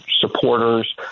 supporters